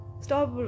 Stop